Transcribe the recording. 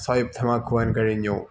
സ്വായത്തമാക്കുവാന് കഴിഞ്ഞു